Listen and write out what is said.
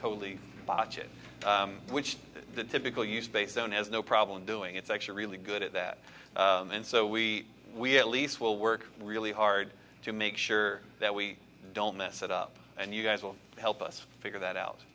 total botch it which the typical use based on has no problem doing it's actually really good at that and so we we at least will work really hard to make sure that we don't mess it up and you guys will help us figure that out